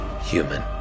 human